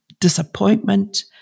disappointment